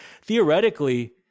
Theoretically